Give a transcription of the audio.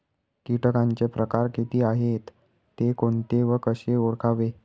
किटकांचे प्रकार किती आहेत, ते कोणते व कसे ओळखावे?